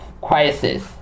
crisis